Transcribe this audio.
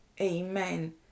amen